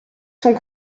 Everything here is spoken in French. sont